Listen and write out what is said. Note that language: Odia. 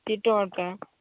ଦି ଟଙ୍କାଟା